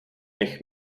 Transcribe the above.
nech